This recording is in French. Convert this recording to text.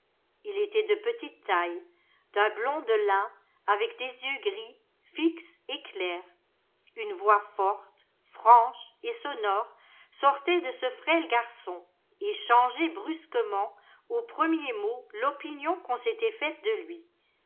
ii était de petite taille d'un blond de lin avec des yeux gris fixes et clairs une voix forte franche et sonore sortait de ce frêle garçon et changeait brusquement aux premiers mots l'opinion qu'on s'était faite de lui